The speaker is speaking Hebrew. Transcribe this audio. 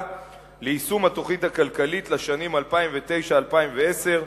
ליישום התוכנית הכלכלית לשנים 2009 ו-2010),